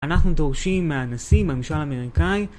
אנחנו דורשים מהנשיא בממשל האמריקאי